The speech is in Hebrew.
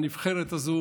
הנבחרת הזו